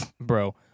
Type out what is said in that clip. bro